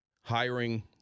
hiring